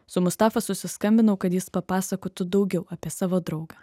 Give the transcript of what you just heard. su mustafa susiskambinau kad jis papasakotų daugiau apie savo draugą